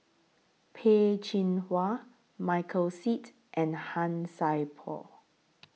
Peh Chin Hua Michael Seet and Han Sai Por